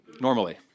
Normally